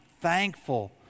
thankful